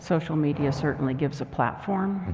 social media certainly gives a platform,